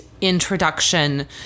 introduction